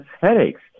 headaches